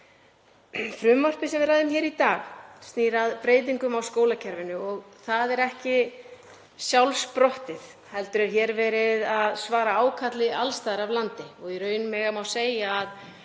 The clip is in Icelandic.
Frumvarpið sem við ræðum hér í dag snýr að breytingum á skólakerfinu og það er ekki sjálfsprottið heldur er hér verið að svara ákalli alls staðar að af landinu og í raun má segja að